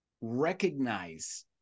recognize